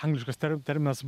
angliškas terminas